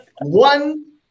One